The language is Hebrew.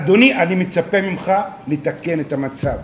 אדוני, אני מצפה ממך לתקן את המצב.